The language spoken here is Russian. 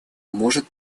может